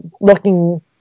looking